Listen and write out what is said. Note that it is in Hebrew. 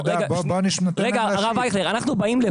אנחנו,